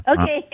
Okay